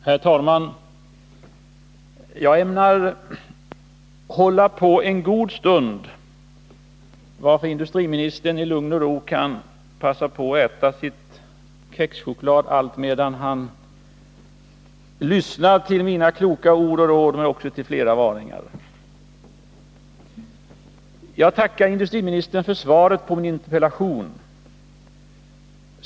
Herr talman! Jag ämnar hålla på en god stund, varför industriministern i lugn och ro kan passa på att äta sin kexchoklad alltmedan han lyssnar till mina kloka ord och råd, men också till fler varningar. Jag tackar industriministern för svaret på min interpellation.